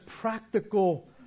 practical